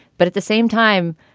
but at the same time,